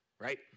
Right